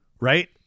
Right